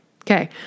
Okay